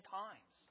times